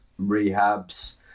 rehabs